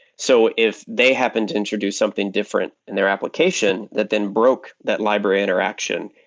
so if they happened to introduce something different in their application that then broke that library interaction,